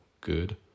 good